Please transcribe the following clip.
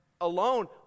alone